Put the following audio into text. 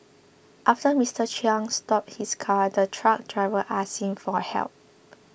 after Mister Chiang stopped his car the truck driver asked him for help